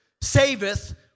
saveth